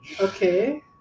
Okay